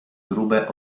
grube